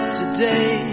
today